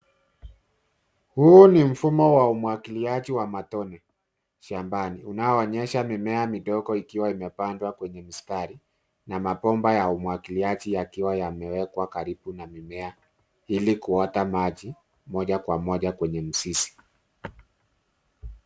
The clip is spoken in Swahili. Huu ni mfumo wa umwagiliaji wa matone shambani unaoonyesha mimea shambani mimea midogo ikiwa imepandwa kwenye mstari na mabomba ya umwagiliaji yakiwa yamewekwa karibu na mimea ili kuota maji moja kwa moja kwenye mizizi.